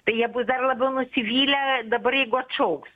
tai jie bus dar labiau nusivylę dabar jeigu atšauks